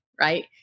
right